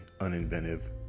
uninventive